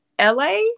LA